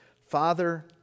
Father